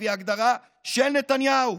לפי ההגדרה של נתניהו,